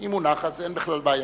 על כל פנים,